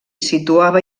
situava